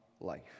life